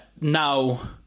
now